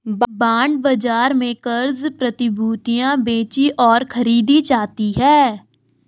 bond बाजार में क़र्ज़ प्रतिभूतियां बेचीं और खरीदी जाती हैं